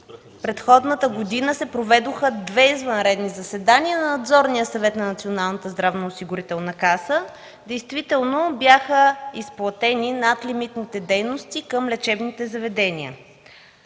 предходната година се проведоха две извънредни заседания на Надзорния съвет на Националната здравноосигурителна каса. Действително бяха изплатени надлимитните дейности към лечебните заведения.